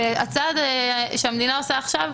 והצעד שהמדינה עושה עכשיו,